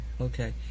okay